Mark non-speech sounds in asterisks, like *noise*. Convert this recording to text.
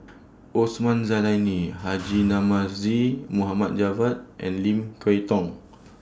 Osman Zailani *noise* Haji Namazie Mohd Javad and Lim Kay Tong